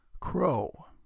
Crow